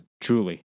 Truly